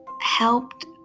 helped